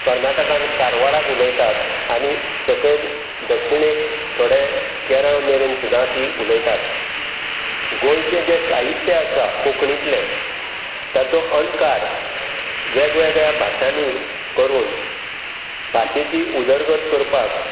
कर्नाटकांत कारवाराक उलयतात आनी सकयल दक्षिणेक थोडे केरळ मेरेन सुद्दां ती उलयतात गोंयचें जें साहित्या आसा कोंकणीतले ताचो अणकार वेग वेगळ्या भाशानी करून भाशेची उदरगत करपाक